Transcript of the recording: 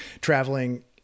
traveling